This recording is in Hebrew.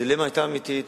הדילמה היתה אמיתית,